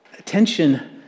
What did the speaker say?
Attention